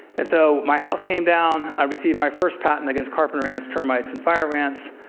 and so my house came down, i received my first patent against carpenter ants, termites and fire ants.